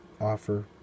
offer